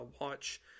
watch